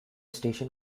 station